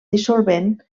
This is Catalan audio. dissolvent